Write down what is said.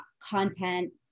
content